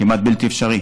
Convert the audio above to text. כמעט בלתי אפשרי.